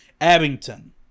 Abington